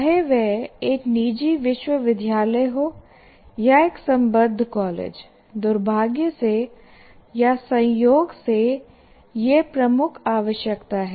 चाहे वह एक निजी विश्वविद्यालय हो या एक संबद्ध कॉलेज दुर्भाग्य से या संयोग से यह प्रमुख आवश्यकता है